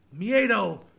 Miedo